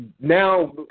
now